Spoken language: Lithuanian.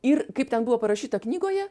ir kaip ten buvo parašyta knygoje